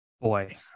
boy